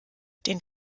den